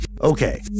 okay